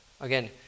Again